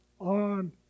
on